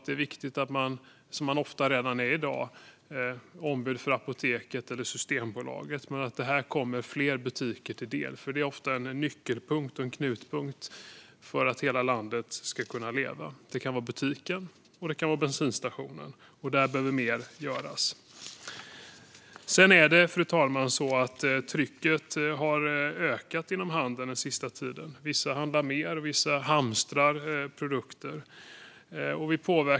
Det är viktigt att man, som man ofta redan är i dag, är ombud för apoteket eller Systembolaget och att det här kommer fler butiker till del, för det är ofta en nyckelpunkt och en knutpunkt för att hela landet ska kunna leva. Det kan vara butiken, och det kan vara bensinstationen. Och när det gäller detta behöver mer göras. Fru talman! Trycket har ökat inom handeln den sista tiden. Vissa handlar mer, och vissa hamstrar produkter.